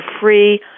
free